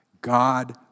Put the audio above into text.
God